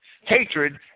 Hatred